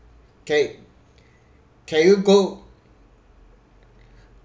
K can you go